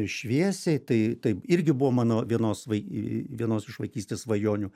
šviesiai tai taip irgi buvo mano vienos vai vienos iš vaikystės svajonių